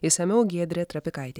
išsamiau giedrė trapikaitė